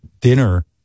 dinner